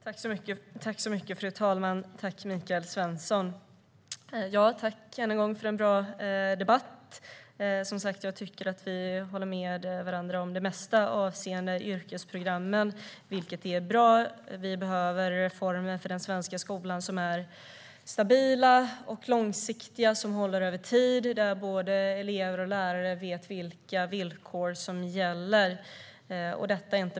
Fru talman! Jag tackar Michael Svensson för en bra debatt. Jag tycker, som sagt, att vi håller med varandra om det mesta avseende yrkesprogrammen, vilket är bra. Vi behöver reformer för den svenska skolan som är stabila och långsiktiga och som håller över tid, där både elever och lärare vet vilka villkor som gäller.